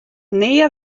nea